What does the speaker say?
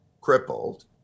crippled